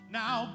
now